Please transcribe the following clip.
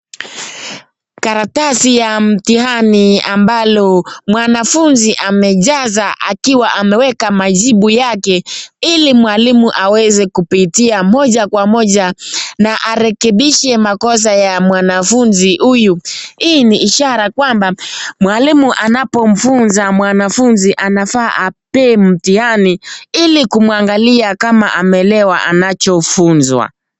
Karatasi ya mtihani ambalo mwanafunzi amejaza akiwa ameweka majibu yake ili mwalimu aweze kupitia moja kwa moja na arekebishe makosa ya mwanafunzi huyu. Hii ni ishara kwamba mwalimu anapo mfunza mwanafunzi anafaa ampee mtihani ili kumwangalia kama ameelewa anacho funzwa.